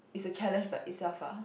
is a challenge by itself uh